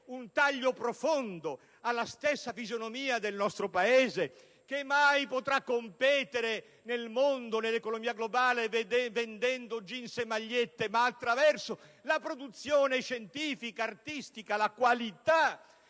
un taglio profondo alla stessa fisionomia del nostro Paese, che mai potrà competere nel mondo, nell'economia globale vendendo jeans e magliette, ma attraverso la produzione scientifica, artistica, la qualità,